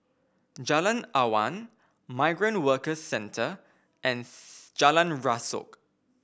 Jalan Awan Migrant Workers Centre and Jalan Rasok